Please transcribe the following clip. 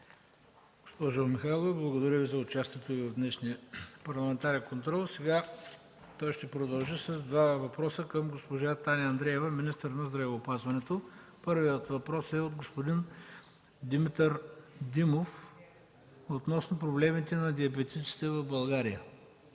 Госпожо Михайлова, благодаря Ви за участието в днешния парламентарен контрол. Той ще продължи с два въпроса към госпожа Таня Андреева, министър на здравеопазването. Първият въпрос е от народния представител Димитър Димов относно проблемите на диабетиците в България.